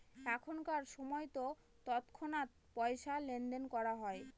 এখনকার সময়তো তৎক্ষণাৎ পয়সা লেনদেন করা হয়